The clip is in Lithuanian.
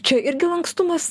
čia irgi lankstumas